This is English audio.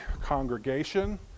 congregation